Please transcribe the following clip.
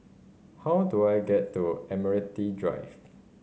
how do I get to Admiralty Drive